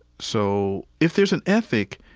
so if there's an ethic,